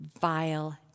vile